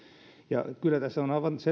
ja kyllä tässä on tällainen aivan